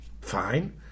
Fine